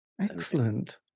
excellent